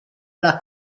alla